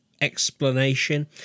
explanation